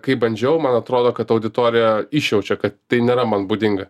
kai bandžiau man atrodo kad auditorija išjaučia kad tai nėra man būdinga